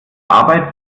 arbeit